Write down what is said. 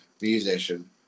musician